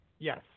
Yes